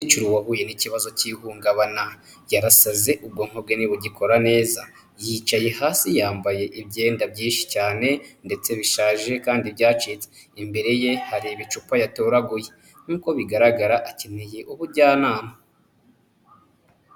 Umukecuru wahuye n'ikibazo cy'ihungabana. Yarasaze ubwoko bwe ntibugikora neza. Yicaye hasi yambaye ibyenda byinshi cyane ndetse bishaje kandi byacitse. Imbere ye hari ibicupa yatoraguye. Nk'uko bigaragara akeneye ubujyanama.